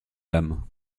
dames